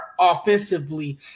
offensively